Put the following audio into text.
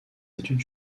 études